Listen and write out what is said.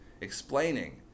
explaining